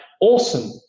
awesome